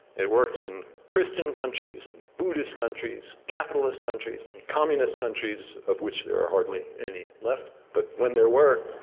it works in christian countries, in buddhist countries, capitalist countries, communist countries, of which there are hardly any left, but when there were